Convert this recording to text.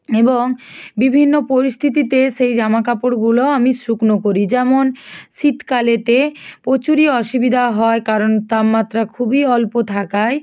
এবং বিভিন্ন পরিস্থিতিতে সেই জামা কাপড়গুলো আমি শুকনো করি যেমন শীতকালেতে প্রচুরই অসুবিধা হয় কারণ তামমাত্রা খুবই অল্প থাকায়